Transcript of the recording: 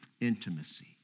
intimacy